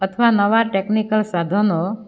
અથવા નવા ટેકનિકલ સાધનોનો